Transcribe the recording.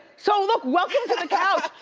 so look, welcome to the couch.